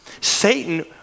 Satan